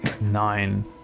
Nine